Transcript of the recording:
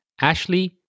Ashley